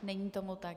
Není tomu tak.